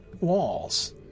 walls